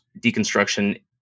deconstruction